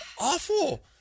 awful